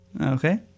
Okay